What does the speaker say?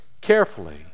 carefully